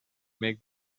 make